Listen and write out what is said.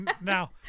Now